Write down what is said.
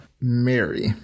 Mary